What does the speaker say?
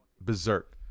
berserk